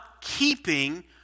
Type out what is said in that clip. keeping